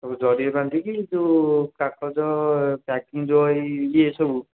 ସବୁ ଜରିରେ ବାନ୍ଧିକି ଯେଉଁ କାଗଜ ପ୍ୟାକିଙ୍ଗ୍ ଇଏ ସବୁ